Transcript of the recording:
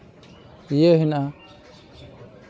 ᱤᱭᱟᱹ ᱦᱮᱱᱟᱜᱼᱟ